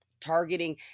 targeting